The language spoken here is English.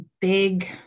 big